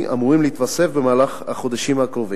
אמורים להתווסף במהלך החודשים הקרובים.